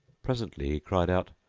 presently he cried out,